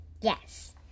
Yes